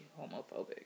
homophobic